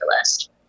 list